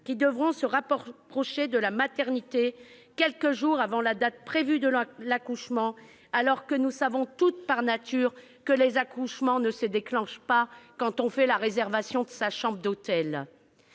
qui devront se rapprocher de la maternité quelques jours avant la date prévue de l'accouchement, alors que nous savons toutes que les accouchements ne se déclenchent pas quand on fait la réservation de sa chambre d'hôtel